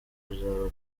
kuzaba